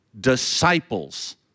disciples